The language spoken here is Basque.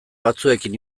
batzuekin